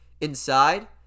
inside